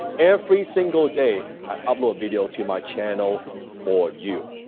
every single day i upload video to my channel for you.